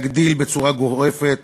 להגדיל בצורה גורפת